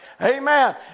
Amen